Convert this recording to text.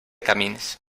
camins